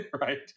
right